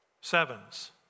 sevens